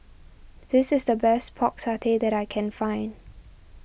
this is the best Pork Satay that I can find